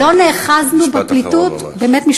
לא נאחזנו בפליטות, תודה, חברת הכנסת ברקו.